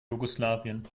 jugoslawien